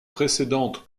précédentes